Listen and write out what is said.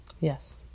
Yes